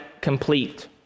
complete